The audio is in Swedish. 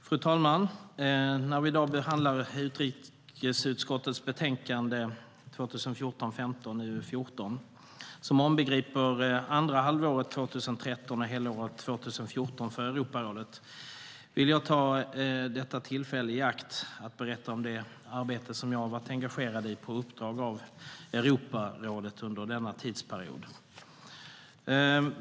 Fru talman! När vi i dag behandlar utrikesutskottets betänkande 2014/15:UU14, som inbegriper andra halvåret 2013 och helåret 2014 för Europarådet, vill jag ta tillfället i akt att berätta om det arbete jag har varit engagerad i på uppdrag av Europarådet under denna tidsperiod.